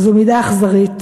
זו מידה אכזרית.